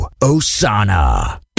Osana